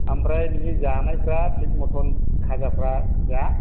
आमफ्राय बिदि जानायफ्रा थिक मटन खाजाफ्रा जा